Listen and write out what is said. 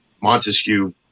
Montesquieu